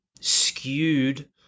skewed